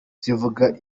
zivuga